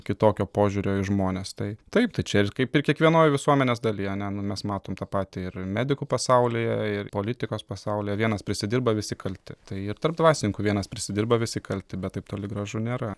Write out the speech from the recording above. kitokio požiūrio į žmones tai taip tai čia ir kaip ir kiekvienoj visuomenės daly ane nu mes matom tą patį ir medikų pasaulyje ir politikos pasaulyje vienas prisidirba visi kalti tai ir tarp dvasininkų vienas prisidirba visi kalti bet taip toli gražu nėra